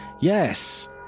Yes